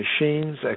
machines